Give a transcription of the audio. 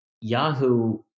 Yahoo